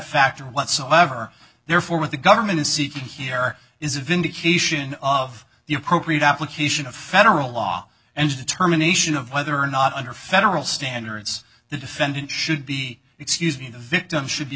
factor whatsoever therefore what the government is seeking here is a vindication of the appropriate application of federal law and the determination of whether or not under federal standards the defendant should be excuse me the victim should be